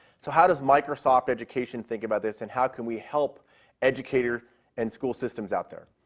so, how does microsoft education think about this, and how can we help educators and school systems out there?